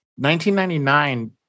1999